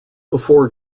before